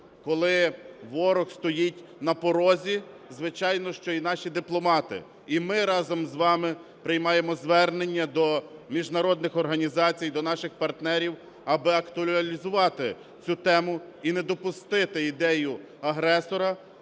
Коли ворог стоїть на порозі, звичайно, що і наші дипломати і ми разом з вами приймаємо звернення до міжнародних організацій і до наших партнерів, аби актуалізувати цю тему і не допустити ідею агресора